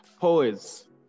poets